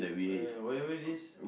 eh by the way this